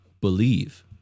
believe